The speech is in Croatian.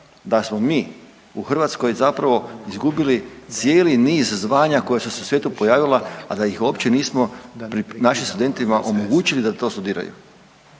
da smo mi u Hrvatskoj zapravo izgubili cijeli niz zvanja koja su se u svijetu pojavila, a da ih uopće nismo našim studentima omogućili da to studiraju.